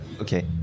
okay